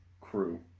crew